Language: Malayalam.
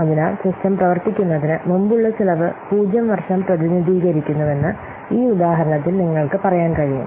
അതിനാൽ സിസ്റ്റം പ്രവർത്തിക്കുന്നതിന് മുമ്പുള്ള ചെലവ് 0 വർഷം പ്രതിനിധീകരിക്കുന്നുവെന്ന് ഈ ഉദാഹരണത്തിൽ നിങ്ങൾക്ക് പറയാൻ കഴിയും